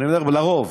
אני אומר: לרוב.